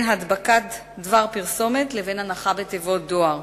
הדבקת דבר פרסומת לבין הנחה בתיבות דואר.